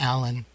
Alan